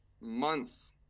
months